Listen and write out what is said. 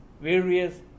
various